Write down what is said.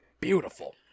beautiful